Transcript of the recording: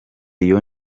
iyo